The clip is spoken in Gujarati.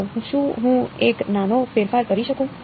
તો શું હું એક નાનો ફેરફાર કરી શકું